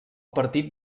partit